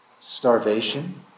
starvation